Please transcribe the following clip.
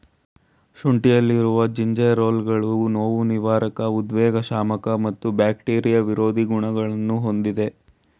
ಶುಂಠಿಯಲ್ಲಿರುವ ಜಿಂಜೆರೋಲ್ಗಳು ನೋವುನಿವಾರಕ ಉದ್ವೇಗಶಾಮಕ ಮತ್ತು ಬ್ಯಾಕ್ಟೀರಿಯಾ ವಿರೋಧಿ ಗುಣಗಳನ್ನು ಹೊಂದಿವೆ